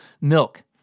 milk